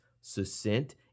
succinct